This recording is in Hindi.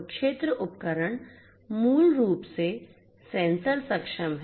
तो क्षेत्र उपकरण मूल रूप से सेंसर सक्षम हैं